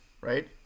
right